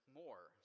more